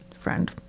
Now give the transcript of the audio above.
friend